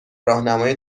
راهنمای